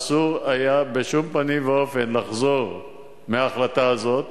אסור היה בשום פנים ואופן לחזור מההחלטה הזאת.